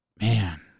Man